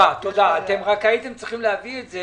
הייתם צריכים להביא את זה